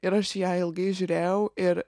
ir aš į ją ilgai žiūrėjau ir